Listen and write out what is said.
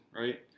right